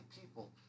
people